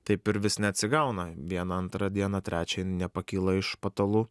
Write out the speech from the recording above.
taip ir vis neatsigauna vieną antrą dieną trečią jin nepakyla iš patalų